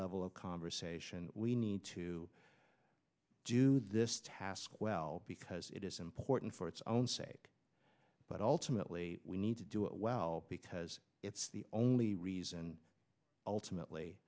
level of conversation we need to do this task well because it is important for its own sake but ultimately we need to do it well because it's the only reason ultimately